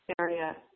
area